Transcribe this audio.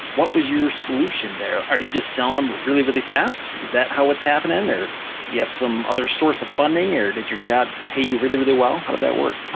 what was your solution there? are you just selling um really, really fast? is that how it's happening or do you have some other source of funding, or did your job pay you really, really well? how did that work?